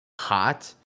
hot